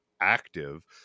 active